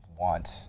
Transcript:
want